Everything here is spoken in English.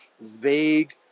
vague